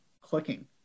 clicking